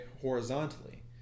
horizontally